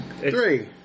Three